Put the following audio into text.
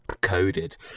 coded